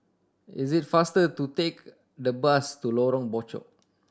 it is faster to take the bus to Lorong Bachok